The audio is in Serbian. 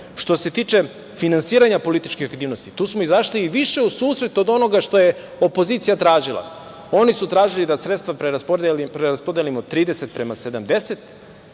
se tiče finansiranja političkih aktivnosti, tu smo izašli i više u susret od onoga što je opozicija tražila. Oni su tražili da sredstva preraspodelimo 30 prema 70,